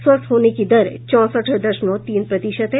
स्वस्थ होने की दर चौंसठ दशमलव तीन प्रतिशत है